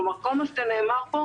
כלומר, כל מה שנאמר פה